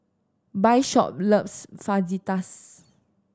Bishop loves Fajitas